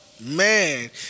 Man